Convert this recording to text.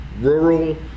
rural